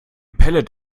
pellet